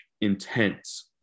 intense